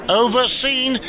overseen